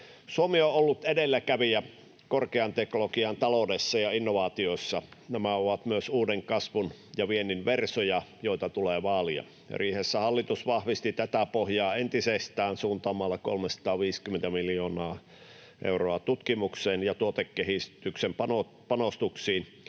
Suomi on ollut edelläkävijä korkean teknologian taloudessa ja innovaatioissa. Nämä ovat myös uuden kasvun ja viennin versoja, joita tulee vaalia. Riihessä hallitus vahvisti tätä pohjaa entisestään suuntaamalla 350 miljoonaa euroa tutkimukseen ja tuotekehityksen panostuksiin